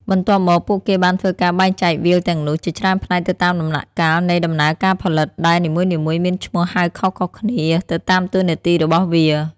បន្ទាប់មក ពួកគេបានធ្វើការបែងចែកវាលទាំងនោះជាច្រើនផ្នែកទៅតាមដំណាក់កាលនៃដំណើរការផលិតដែលនីមួយៗមានឈ្មោះហៅខុសៗគ្នាទៅតាមតួនាទីរបស់វា។